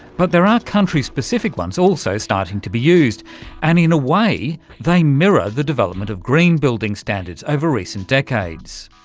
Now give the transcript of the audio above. but there are country specific ones also starting to be used and in a way they mirror the development of green building standards over recent decades.